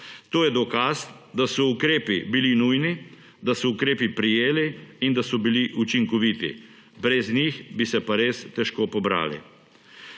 To je dokaz, da so ukrepi bili nujni, da so se ukrepi prijeli in da so bili učinkoviti, brez njih bi se pa res težko pobrali.